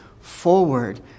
forward